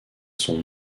son